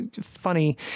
funny